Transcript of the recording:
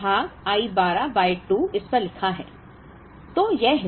अब यह भाग I 12 बाय 2 इस पर लिखा है